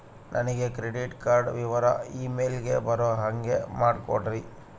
ನನಗೆ credit card ವಿವರ email ಗೆ ಬರೋ ಹಾಗೆ ಮಾಡಿಕೊಡ್ರಿ?